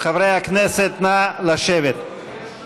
חברי הכנסת, אני אבקש מכולם לשבת בתום